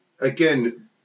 again